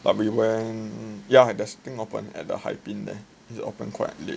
but we went this thing open at the 海边 there is opened quite late